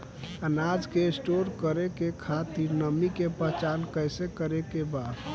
अनाज के स्टोर करके खातिर नमी के पहचान कैसे करेके बा?